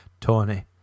Tony